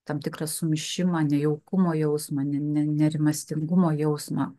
tam tikrą sumišimą nejaukumo jausmą ne nerimastingumo jausmą